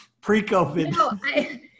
pre-COVID